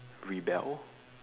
rebel